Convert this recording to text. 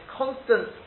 constant